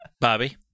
Bobby